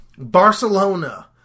Barcelona